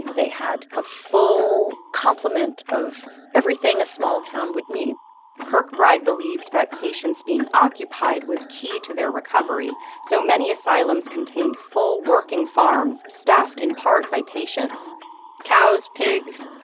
they had a full complement of everything a small town would need kirkbride believed that patients being occupied was key to their recovery so many asylums contained full working farms staffed in part by patients cows, pigs,